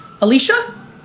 Alicia